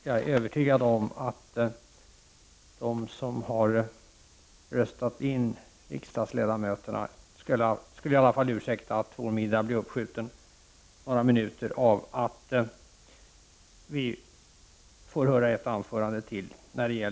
Fru talman!